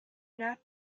not